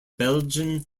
belgian